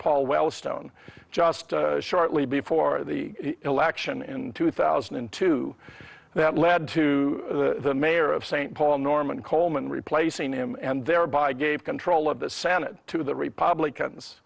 paul wellstone just shortly before the election in two thousand and two that led to the mayor of st paul norman coleman replacing him and thereby gave control of the senate to the republicans